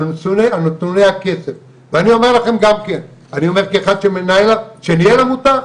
ואני אומר לכם כאחד שניהל עמותה,